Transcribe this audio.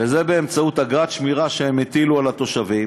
וזה באמצעות אגרת שמירה שהם הטילו על התושבים.